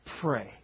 pray